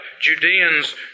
Judeans